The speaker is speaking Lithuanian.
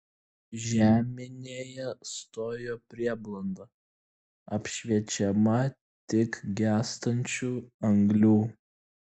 žeminėje stojo prieblanda apšviečiama tik gęstančių anglių